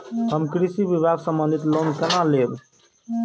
हम कृषि विभाग संबंधी लोन केना लैब?